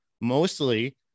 Mostly